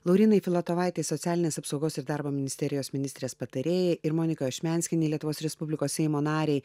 laurynai filatovaitei socialinės apsaugos ir darbo ministerijos ministrės patarėjai ir monikai ašmenskienei lietuvos respublikos seimo narei